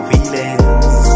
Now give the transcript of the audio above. Feelings